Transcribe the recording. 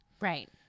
Right